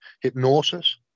hypnosis